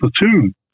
platoon